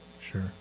Sure